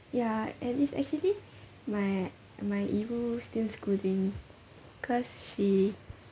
ya and it's actually my my ibu still schooling cause she